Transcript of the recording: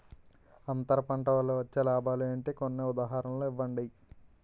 అంతర పంట వల్ల వచ్చే లాభాలు ఏంటి? కొన్ని ఉదాహరణలు ఇవ్వండి?